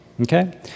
Okay